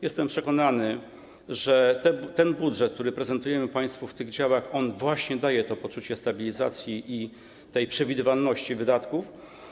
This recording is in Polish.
Jestem przekonany, że ten budżet, który prezentujemy państwu w tych działach, daje to poczucie stabilizacji i przewidywalności wydatków.